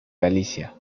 galicia